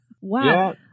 Wow